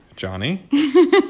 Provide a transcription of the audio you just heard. Johnny